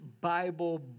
Bible